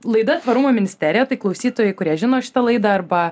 laida tvarumo ministerija tai klausytojai kurie žino šitą laidą arba